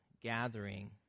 gathering